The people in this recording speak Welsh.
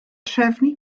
trefnu